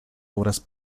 obras